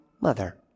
mother